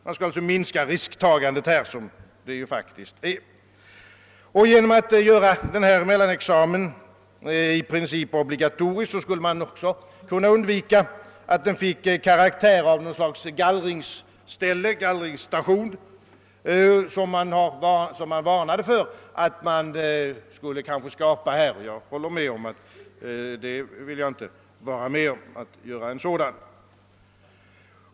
Genom att i princip göra denna mellanexamen obligatorisk skulle man också kunna undvika att den fick karaktären av gallringsstation — man har varnat för att skapa en sådan, och det vill inte heller jag vara med om att göra.